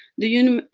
the univ.